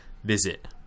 Visit